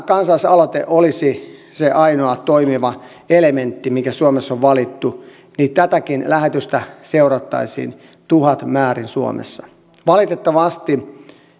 kansalaisaloite olisi se ainoa toimiva elementti mikä suomessa on valittu niin tätäkin lähetystä seurattaisiin tuhatmäärin suomessa valitettavasti